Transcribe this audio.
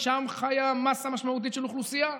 כי שם חיה מאסה משמעותית של אוכלוסייה,